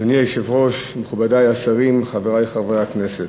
אדוני היושב-ראש, מכובדי השרים, חברי חברי הכנסת,